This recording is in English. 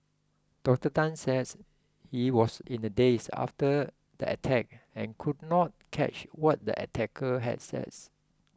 Doctor Tan said he was in a daze after the attack and could not catch what the attacker had said